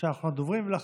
אחרון הדוברים, בבקשה.